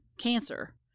Cancer